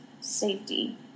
safety